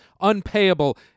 unpayable